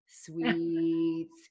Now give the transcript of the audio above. sweets